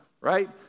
right